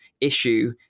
issue